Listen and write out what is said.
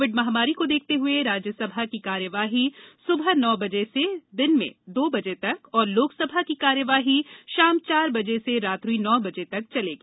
Covid महामारी को देखते हुए राज्यसभा की कार्यवाही सुबह नौ बजे से दिन में दो बजे तक और लोकसभा की कार्यवाही शाम चार बजे से रात्रि नौ बजे तक चलेगी